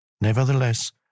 Nevertheless